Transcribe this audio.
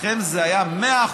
אצלכם זה היה 100%